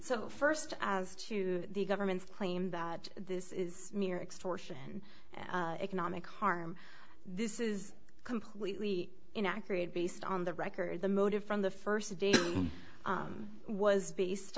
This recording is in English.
so first as to the government's claim that this is mere extortion economic harm this is completely inaccurate based on the record the motive from the first day was based